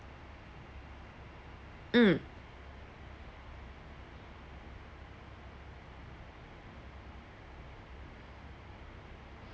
mm